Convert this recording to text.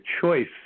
choice